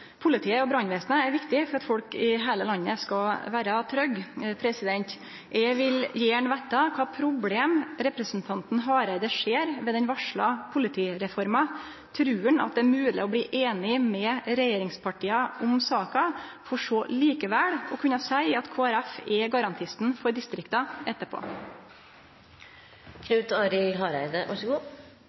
Politiet og brannvesenet er viktige for at folk i heile landet skal vere trygge. Eg vil gjerne vete kva problem representanten Hareide ser ved den varsla politireforma. Trur han at det er mogleg å bli einig med regjeringspartia om saka, for så likevel etterpå å kunne seie at Kristeleg Folkeparti er garantisten for distrikta?